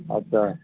اچھا